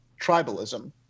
tribalism